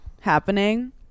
happening